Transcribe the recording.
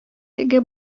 теге